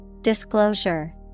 Disclosure